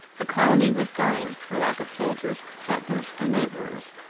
the colony was dying for lack of soldiers, settlers, and labourers,